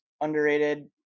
underrated